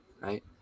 right